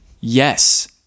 Yes